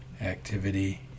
activity